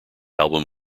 album